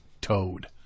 toad